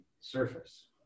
surface